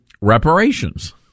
reparations